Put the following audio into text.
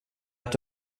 att